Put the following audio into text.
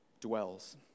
dwells